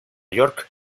york